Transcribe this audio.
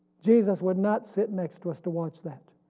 jesus would not sit next to us to watch that.